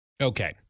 Okay